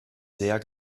sehr